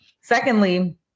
Secondly